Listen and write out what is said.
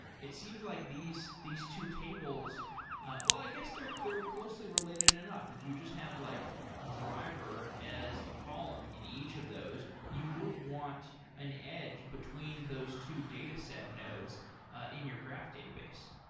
it seems like these these two tables well, i guess they're they're closely related enough. if you just have like driver as a column in each of those, you would want an edge between those two dataset nodes in your graph database.